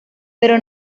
pero